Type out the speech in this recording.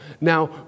Now